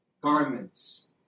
garments